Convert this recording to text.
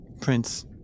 Prince